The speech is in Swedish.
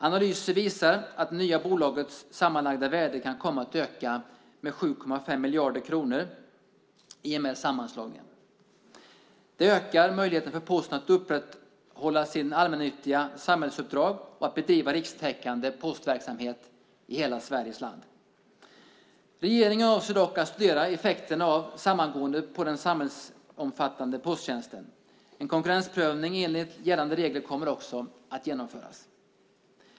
Analyser visar att det nya bolagets sammanlagda värde kan komma att öka med 7,5 miljarder kronor i och med sammanslagningen. Det ökar möjligheten för Posten att upprätthålla sitt allmännyttiga samhällsuppdrag och att bedriva rikstäckande postverksamhet i hela Sveriges land. Regeringen avser dock att studera effekterna av samgåendet på den samhällsomfattande posttjänsten. En konkurrensprövning enligt gällande regler kommer också att genomföras.